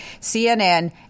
CNN